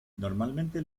normalmente